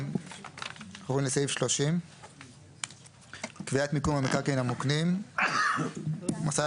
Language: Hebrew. עוברים לסעיף 30. קביעת מיקום המקרקעין המוקנים 30. מוסד